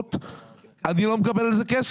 בהסעות ואני לא מקבל על זה כסף.